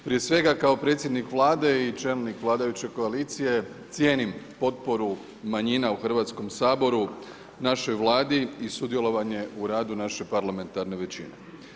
Prije svega kao predsjednik Vlade i čelnik vladajuće koalicije cijenim potporu manjina u Hrvatskom saboru, našoj Vladi i sudjelovanje u radu naše parlamentarne većine.